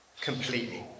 completely